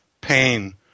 pain